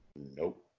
Nope